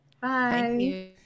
Bye